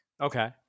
Okay